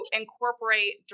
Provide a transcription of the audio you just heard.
incorporate